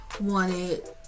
wanted